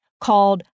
called